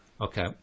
Okay